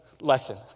lesson